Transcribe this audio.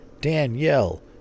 Danielle